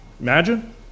Imagine